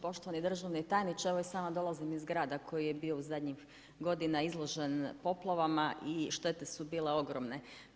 Poštovani državni tajniče, evo, sama dolazim iz grada, koji je bio zadnjih godinama, izložen poplavama i štete su bile ogromne.